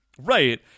right